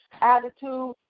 attitude